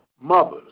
mothers